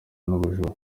n’ubujura